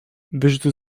wyzuty